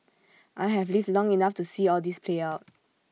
I have lived long enough to see all this play out